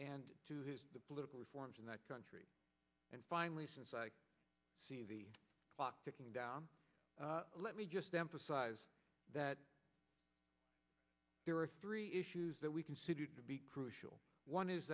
and to his political reforms in that country and finally since i see the clock ticking down let me just emphasize that there are three issues that we consider to be crucial one is